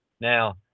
Now